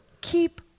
keep